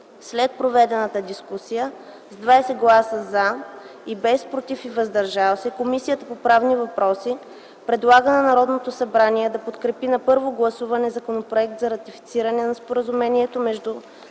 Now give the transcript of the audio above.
След проведената дискусия с 20 гласа „за”, без „против” и „въздържали се” Комисията по правни въпроси предлага на Народното събрание да подкрепи на първо гласуване Законопроект за ратифициране на Споразумението между